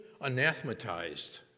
anathematized